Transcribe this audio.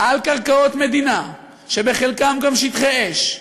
על קרקעות מדינה, שחלקן גם שטחי אש,